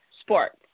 sports